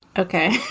ok.